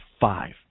five